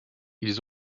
ils